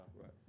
Right